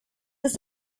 ist